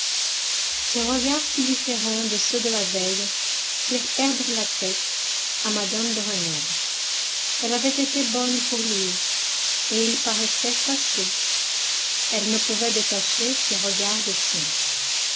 ces regards si différents de ceux de la veille firent perdre la tête à mme de rênal elle avait été bonne pour lui et il paraissait fâché elle ne pouvait détacher ses regards